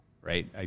right